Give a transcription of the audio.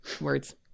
Words